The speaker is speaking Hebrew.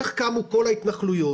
איך קמו כל ההתנחלויות?